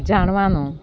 જાણવાનું